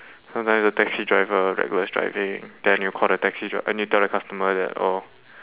sometimes the taxi driver reckless driving then you call the taxi drive~ then you tell the customer that oh